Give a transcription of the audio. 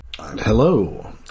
Hello